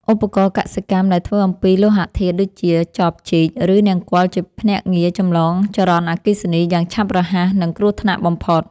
ឧបករណ៍កសិកម្មដែលធ្វើអំពីលោហធាតុដូចជាចបជីក ឬនង្គ័លជាភ្នាក់ងារចម្លងចរន្តអគ្គិសនីយ៉ាងឆាប់រហ័ស និងគ្រោះថ្នាក់បំផុត។